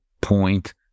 point